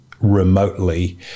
remotely